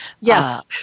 Yes